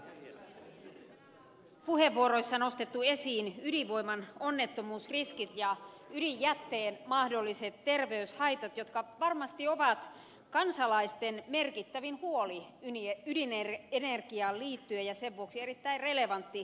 täällä on puheenvuoroissa nostettu esiin ydinvoiman onnettomuusriskit ja ydinjätteen mahdolliset terveyshaitat jotka varmasti ovat kansalaisten merkittävin huoli ydinenergiaan liittyen ja sen vuoksi erittäin relevantti keskustelunaihe